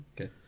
Okay